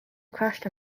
crashed